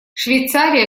швейцария